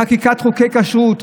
חקיקת חוקי הכשרות,